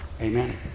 Amen